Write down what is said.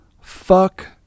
Fuck